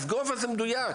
אז גובה זה דבר מדויק.